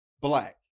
black